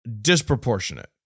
disproportionate